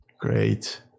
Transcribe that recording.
Great